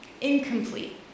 incomplete